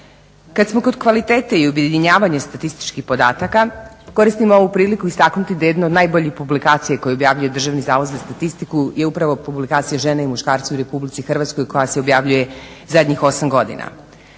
Kada smo kod kvalitete i objedinjavanja statističkih podataka koristim ovu priliku istaknuti da je jedno od najboljih publikacija koju objavljuje DZS je upravo publikacija žene i muškarca u RH koja se objavljuje zadnjih osam godina.